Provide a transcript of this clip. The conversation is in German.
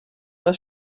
war